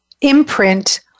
imprint